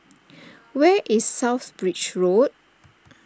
where is South Bridge Road